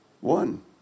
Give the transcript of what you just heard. One